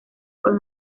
con